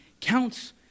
counts